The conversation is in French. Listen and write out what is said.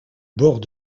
bord